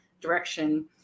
direction